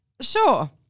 sure